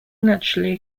naturally